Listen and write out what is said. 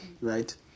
right